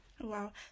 Wow